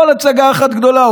הכול הצגה אחת גדולה.